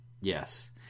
Yes